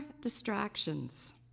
distractions